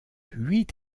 huit